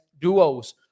duos